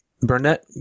Burnett